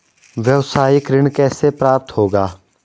व्यावसायिक ऋण कैसे प्राप्त होगा?